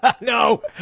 no